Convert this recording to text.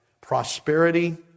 prosperity